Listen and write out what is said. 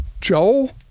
joel